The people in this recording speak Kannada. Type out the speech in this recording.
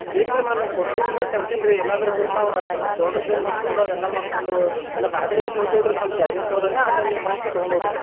ಇಲ್ಲ ರಿ ಮೇಡಮ್ ನೀವು ಕೊಡ್ತೀನಿ ಅಂದರೆ ತರ್ತೀನಿ ರೀ ಇಲ್ಲಾಂದರೆ ಸುಮ್ಮ ನಾವು ಶೋಲ್ಡ್ರ್ ಪೆಯ್ನ್ ಮಾಡಿಕೊಂಡು ಅದೆಲ್ಲ ಮಾಡಿಕೊಂಡು ಆಮೇಲೆ ಬಾಗ್ಲಿಗೆ ಇಟ್ಟು ಹೋಯ್ತೀವಿ ಹೇಳಿರಿ ಮೇಡಮ್ ಕೆಳ್ಗಿನ ಪ್ಲೋರಾಗ ಆಮೇಲೆ ನೀವು ಬಂದು ಕೆ ತಗೊಂಡು ಹೋಗಿ ಬಿಡಿರಿ